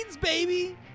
baby